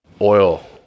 oil